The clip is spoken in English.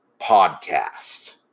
podcast